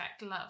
love